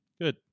Good